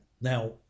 Now